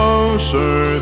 Closer